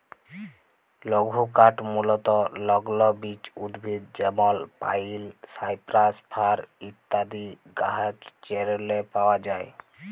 লঘুকাঠ মূলতঃ লগ্ল বিচ উদ্ভিদ যেমল পাইল, সাইপ্রাস, ফার ইত্যাদি গাহাচেরলে পাউয়া যায়